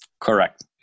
Correct